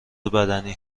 بدنی